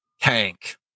Tank